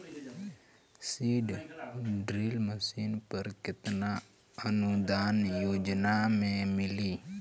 Seed drill machine पर केतना अनुदान योजना में मिली?